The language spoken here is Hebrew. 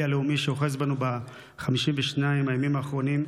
הלאומי שאוחז בנו ב-52 הימים האחרונים,